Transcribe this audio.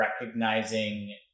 recognizing